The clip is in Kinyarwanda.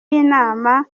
y’inama